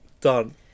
Done